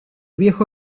viejo